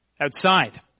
outside